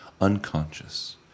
unconscious